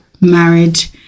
marriage